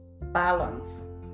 balance